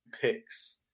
picks